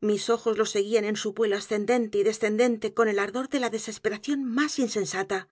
mis ojos lo seguían en su vuelo ascendente y descendente con el ardor de la desesperación más insensata